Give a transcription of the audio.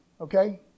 okay